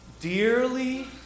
dearly